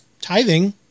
Tithing